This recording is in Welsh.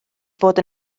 fod